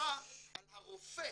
שומה על הרופא